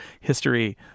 history